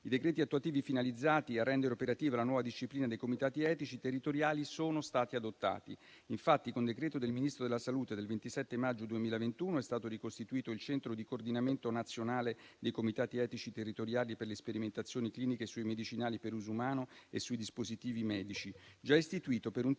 I decreti attuativi finalizzati a rendere operativa la nuova disciplina dei comitati etici territoriali sono stati adottati. Infatti, con decreto del Ministro della salute del 27 maggio 2021, è stato ricostituito il centro di coordinamento nazionale dei comitati etici territoriali per le sperimentazioni cliniche sui medicinali per uso umano e sui dispositivi medici, già istituito per un triennio